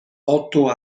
otto